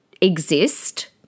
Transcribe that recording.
exist